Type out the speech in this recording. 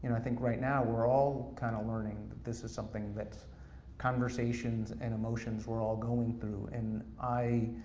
and i think right now, we're all kind of learning that this is something that conversations and emotions we're all going through. and i,